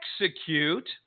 execute